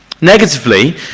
Negatively